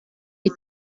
mit